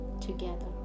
together